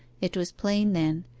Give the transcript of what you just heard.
it was plain then,